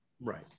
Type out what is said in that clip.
Right